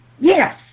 Yes